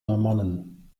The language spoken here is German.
normannen